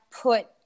put